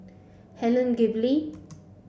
Helen Gilbey